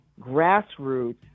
grassroots